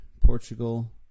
portugal